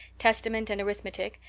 testament and arithmetic,